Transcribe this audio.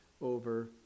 over